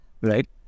Right